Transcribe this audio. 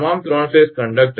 તમામ 3 ફેઝ કંડકટરો